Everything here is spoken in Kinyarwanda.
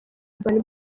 urban